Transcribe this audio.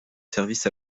service